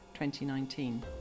2019